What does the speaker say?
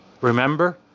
Remember